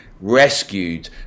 rescued